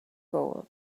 gold